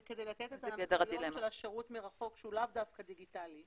כדי לתת את השירות מרחוק שהוא לאו דווקא דיגיטלי,